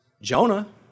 Jonah